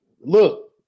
look